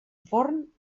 forn